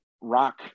rock